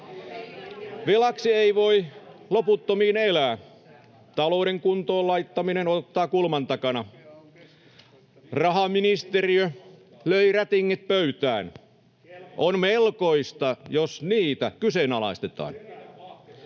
Velaksi ei voi loputtomiin elää. Talouden kuntoon laittaminen odottaa kulman takana. Rahaministeriö löi rä-tingit pöytään. On melkoista, jos niitä kyseenalaistetaan.